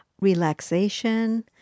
relaxation